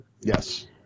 Yes